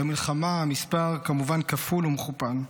במלחמה המספר כמובן כפול ומכופל.